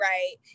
Right